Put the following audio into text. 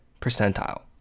percentile